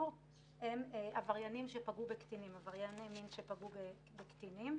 הם עברייני מין שפגעו בקטינים.